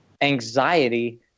anxiety